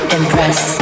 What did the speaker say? Impress